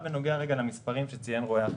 בנוגע למספרים שציין רואה החשבון.